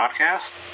Podcast